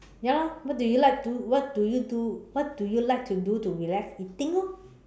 ya lor what do you like to what do you do what do you like to do to relax eating orh